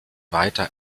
weiter